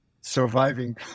Surviving